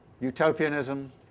utopianism